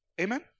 Amen